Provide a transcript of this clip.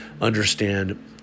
understand